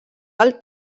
del